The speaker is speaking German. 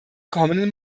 kommenden